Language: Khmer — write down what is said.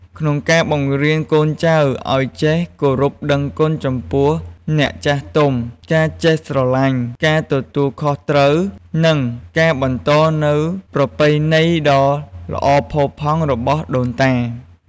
ក្នុងការបង្រៀនកូនចៅឲ្យចេះគោរពដឹងគុណចំពោះអ្នកចាស់ទុំ ការចេះស្រឡាញ់ ការទទួលខុសត្រូវ និងការបន្តនូវប្រពៃណីដ៏ល្អផូរផង់របស់ដូនតា។